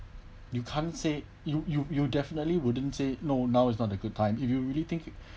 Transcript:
you can't say you you you definitely wouldn't say no now is not the good time if you really think